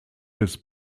des